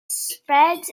spreads